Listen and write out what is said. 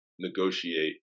negotiate